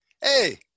Hey